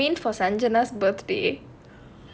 you mean you mean for centeredness birthday